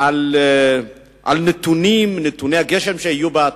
לפי נתוני הגשם שיהיו בעתיד.